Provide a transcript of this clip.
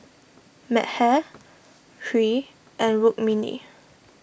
Medha Hri and Rukmini